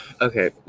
okay